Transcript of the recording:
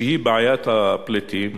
שהיא בעיית הפליטים.